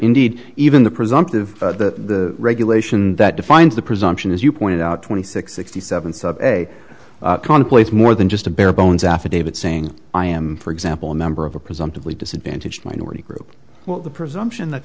indeed even the presumptive the regulation that defines the presumption as you pointed out twenty six sixty seven subway contemplates more than just a bare bones affidavit saying i am for example a member of a presumptively disadvantaged minority group well the presumption that